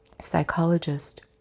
psychologist